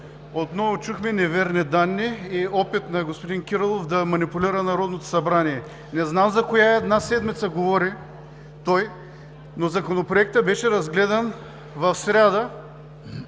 Отново чухме неверни данни и опит на господин Кирилов да манипулира Народното събрание. Не знам за коя една седмица говори той, но Законопроектът беше разгледан в сряда.